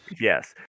Yes